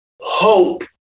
hope